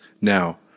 Now